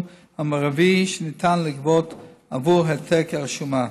המרבי שניתן לגבות עבור העתק הרשומה.